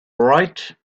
right